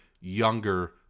younger